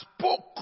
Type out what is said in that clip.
spoke